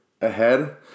ahead